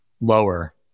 Lower